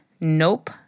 Nope